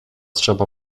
trzeba